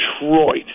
Detroit